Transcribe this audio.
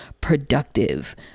productive